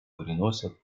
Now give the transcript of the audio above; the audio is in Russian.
приносят